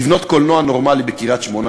לבנות קולנוע נורמלי בקריית-שמונה